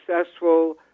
successful